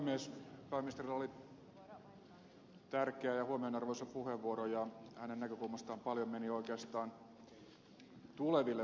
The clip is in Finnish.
pääministerillä oli tärkeä ja huomionarvoisa puheenvuoro ja hänen näkökulmastaan paljon meni oikeastaan tuleville vaalikausille